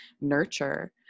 nurture